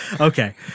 Okay